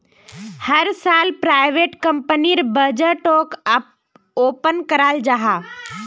हर साल प्राइवेट कंपनीर बजटोक ओपन कराल जाहा